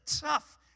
tough